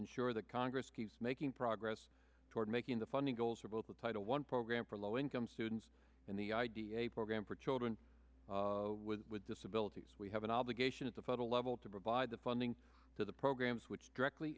ensure that congress keeps making progress toward making the funding goals for both the title one program for low income students and the id a program for children with disabilities we have an obligation at the federal level to provide the funding to the programs which directly